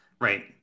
Right